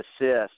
assist